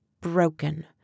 broken